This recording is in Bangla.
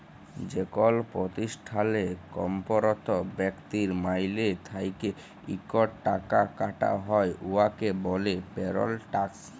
যেকল পতিষ্ঠালে কম্মরত ব্যক্তির মাইলে থ্যাইকে ইকট টাকা কাটা হ্যয় উয়াকে ব্যলে পেরল ট্যাক্স